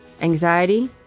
Anxiety